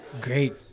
great